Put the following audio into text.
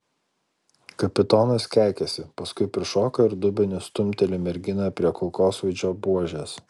kapitonas keikiasi paskui prišoka ir dubeniu stumteli merginą prie kulkosvaidžio buožės